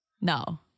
No